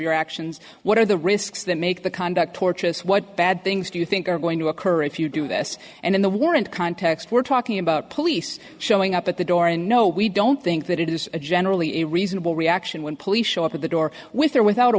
your actions what are the risks that make the conduct torturous what bad things do you think are going to occur if you do this and in the warrant context we're talking about police showing up at the door and no we don't think that it is a generally a reasonable reaction when police show up at the door with or without a